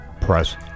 press